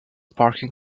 parking